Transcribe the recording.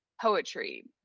poetry